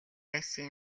байсан